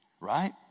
right